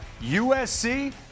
USC